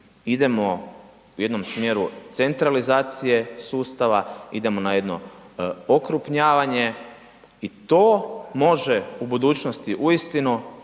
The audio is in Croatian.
idemo u jednom smjeru centralizacije sustava, idemo na jedno okrupnjavanje i to može u budućnosti uistinu